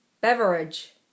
Beverage